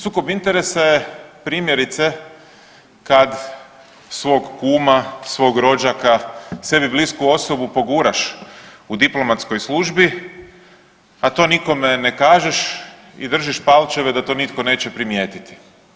Sukob interesa je primjerice kad svog kuma, svog rođaka, sebi blisku osobu poguraš u diplomatskoj službi, a to nikome ne kažeš i držiš palčeve da to nitko neće primijetiti.